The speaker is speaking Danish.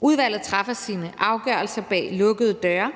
Udvalget træffer sine afgørelser bag lukkede døre,